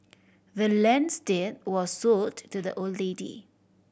the land's deed was sold to the old lady